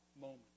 moment